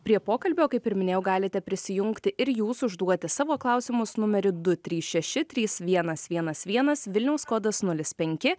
prie pokalbio kaip ir minėjau galite prisijungti ir jūs užduoti savo klausimus numeriu du trys šeši trys vienas vienas vienas vilniaus kodas nulis penki